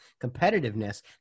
competitiveness